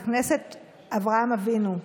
בית כנסת אברהם אבינו.